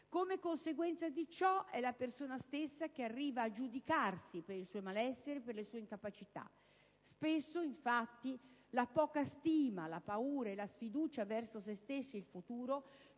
Come conseguenza di ciò, è la persona stessa che arriva a giudicarsi per il suo malessere e per le sue incapacità. Spesso infatti la poca stima, la paura e la sfiducia verso sé stessi ed il futuro